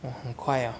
!wah! 很快 oh